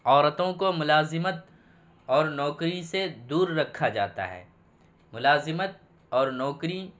عورتوں کو ملازمت اور نوکری سے دور رکھا جاتا ہے ملازمت اور نوکری